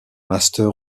master